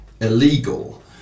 illegal